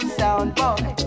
soundboy